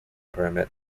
permit